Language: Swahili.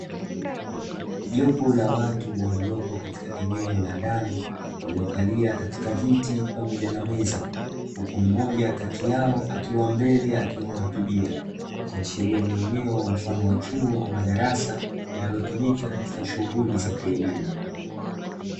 Jopo la watu waliopo katika eneo la ndani waliokalia katika viti pamoja na meza, huku mmoja kati yao akiwa mbele akihutubia ikiashiria ni eneo mfano wa chuo ama darasa, linalotumika katika shughuli za kielimu.